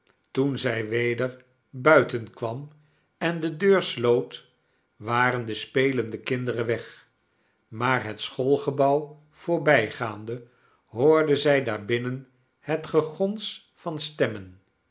toen zij weder buitenkwam en de deur sloot waren de spelende kinderen weg maar het schoolgebouw voorbijgaande hoorde zij daarbinnen het gegons van stemmen